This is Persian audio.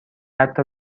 حتی